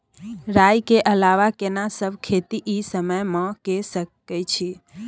राई के अलावा केना सब खेती इ समय म के सकैछी?